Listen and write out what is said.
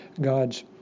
God's